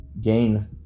gain